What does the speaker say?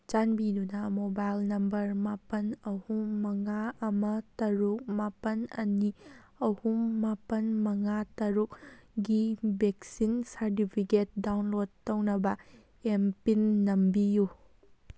ꯆꯥꯟꯕꯤꯗꯨꯅ mobile number ꯃꯥꯄꯜ ꯑꯍꯨꯝ ꯃꯉꯥ ꯑꯃ ꯇꯔꯨꯛ ꯃꯥꯄꯜ ꯑꯅꯤ ꯑꯍꯨꯝ ꯃꯥꯄꯜ ꯃꯉꯥ ꯇꯔꯨꯛꯀꯤ ꯚꯦꯛꯁꯤꯟ ꯁꯥꯔꯗꯤꯕꯤꯒꯦꯠ ꯗꯥꯎꯟꯂꯣꯠ ꯇꯧꯅꯕ ꯑꯦꯝ ꯄꯤꯟ ꯅꯝꯕꯤꯌꯨ